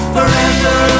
Forever